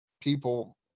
people